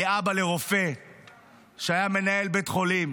אני אבא לרופא שהיה מנהל בית חולים